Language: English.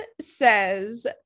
says